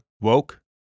Woke